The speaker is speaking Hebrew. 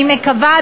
אני מקווה,